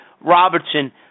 Robertson